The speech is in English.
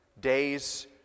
days